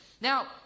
Now